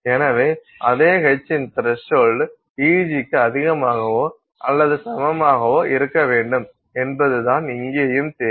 எனவே அதே h இன் த்ரஸ்ஹோல்ட் Egக்கு அதிகமாகவோ அல்லது சமமாகவோ இருக்க வேண்டும் என்பது தான் இங்கேயும் தேவை